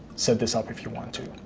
set this up if you want to.